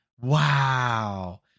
wow